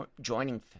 joining